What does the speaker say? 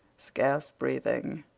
scarce breathing.